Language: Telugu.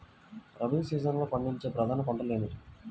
రబీ సీజన్లో పండించే ప్రధాన పంటలు ఏమిటీ?